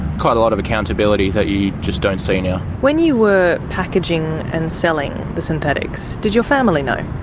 quite a lot of accountability that you just don't see now. when you were packaging and selling the synthetics, did your family know?